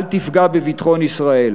אל תפגע בביטחון ישראל.